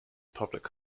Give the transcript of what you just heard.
public